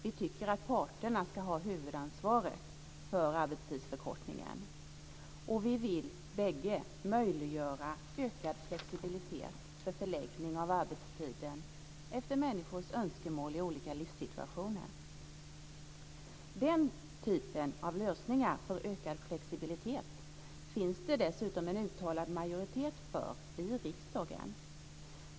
Vi tycker att parterna ska ha huvudansvaret för arbetstidsförkortningen, och vi vill bägge möjliggöra ökad flexibilitet för förläggning av arbetstiden efter människors önskemål i olika livssituationer. Den typen av lösningar för ökad flexibilitet finns det dessutom en uttalad majoritet för i riksdagen.